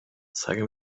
zeige